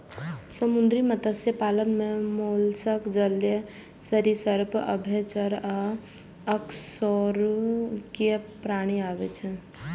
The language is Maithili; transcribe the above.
समुद्री मत्स्य पालन मे मोलस्क, जलीय सरिसृप, उभयचर आ अकशेरुकीय प्राणी आबै छै